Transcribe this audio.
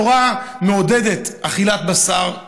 התורה מעודדת אכילת בשר,